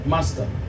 Master